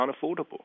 unaffordable